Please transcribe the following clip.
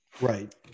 Right